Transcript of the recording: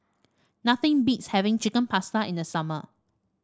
nothing beats having Chicken Pasta in the summer